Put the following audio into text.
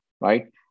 right